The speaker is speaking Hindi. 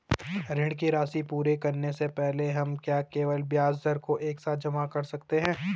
ऋण की राशि पूरी करने से पहले हम क्या केवल ब्याज दर को एक साथ जमा कर सकते हैं?